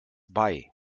bei